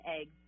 eggs